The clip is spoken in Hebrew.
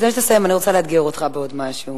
לפני שתסיים, אני רוצה לאתגר אותך בעוד משהו.